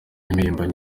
impirimbanyi